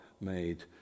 made